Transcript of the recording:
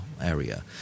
area